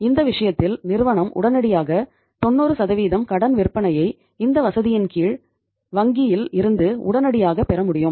எனவே இந்த விஷயத்தில் நிறுவனம் உடனடியாக 90 கடன் விற்பனையை இந்த வசதியின் கீழ் வங்கியில் இருந்து உடனடியாக பெற முடியும்